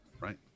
right